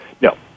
No